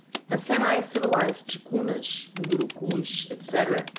the semi-civilized ticunas, mundurucus, etc,